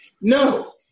no